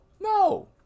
No